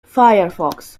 firefox